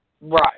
Right